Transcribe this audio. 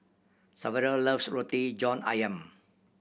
Saverio loves Roti John Ayam